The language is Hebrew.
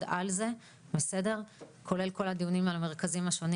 תודה לכל מי שהצטרף אלינו,